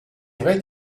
vrai